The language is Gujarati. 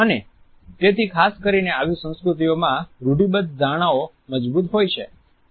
અને તેથી ખાસ કરીને આવી સંસ્કૃતિઓમાં રૂઢિબદ્ધ ધારણાઓ મજબૂત હોય છે